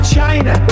China